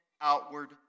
outward